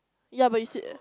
ya but you see